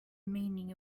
meaning